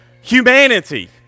humanity